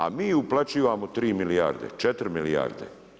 A mi uplaćujemo 3 milijarde, 4 milijarde.